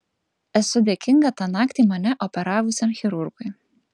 esu dėkinga tą naktį mane operavusiam chirurgui